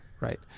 right